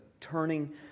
turning